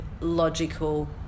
logical